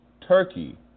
Turkey